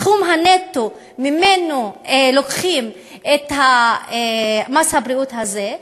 סכום הנטו שממנו לוקחים את מס הבריאות הזה,